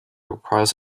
requires